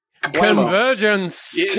Convergence